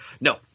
No